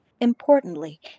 Importantly